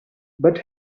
but